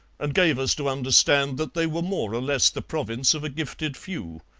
and gave us to understand that they were more or less the province of a gifted few.